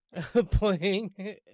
playing